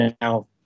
now